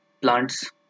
plants